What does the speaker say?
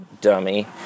Dummy